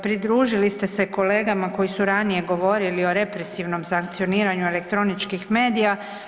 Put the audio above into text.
Pridružili ste se kolegama koji su ranije govorili o represivnom sankcioniranju elektroničkih medija.